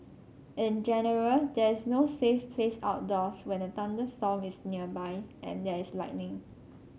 in general there is no safe place outdoors when a thunderstorm is nearby and there is lightning